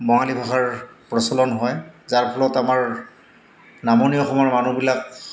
বঙালী ভাষাৰ প্ৰচলন হয় যাৰ ফলত আমাৰ নামনি অসমৰ মানুহবিলাক